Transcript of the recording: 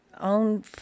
own